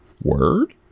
Word